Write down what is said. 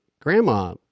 grandma